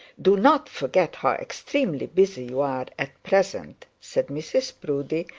do not forget how extremely busy you are at present said mrs proudie,